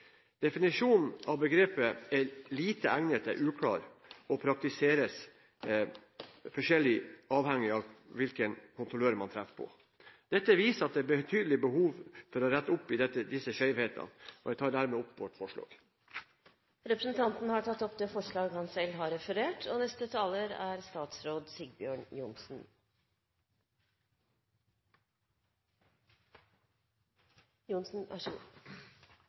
Definisjonen av begrepet «lite egnet» er uklar, og praktiseres forskjellig avhengig av hvilken kontrollør man treffer på. Dette viser at det er et betydelig behov for å rette opp i disse skjevhetene. Jeg tar dermed opp vårt forslag. Representanten Kenneth Svendsen har tatt opp det forslaget han